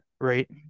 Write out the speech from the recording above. right